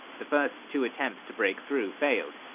the first two attempts to break through failed,